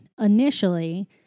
initially